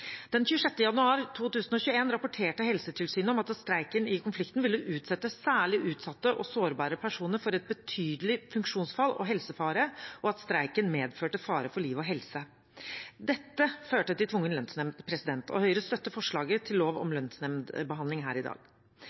Den 26. januar 2021 rapporterte Helsetilsynet om at streiken i konflikten ville utsette særlig utsatte og sårbare personer for et betydelig funksjonsfall og helsefare, og at streiken medførte fare for liv og helse. Dette førte til tvungen lønnsnemnd, og Høyre støtter forslaget til lov om lønnsnemndbehandling her i dag.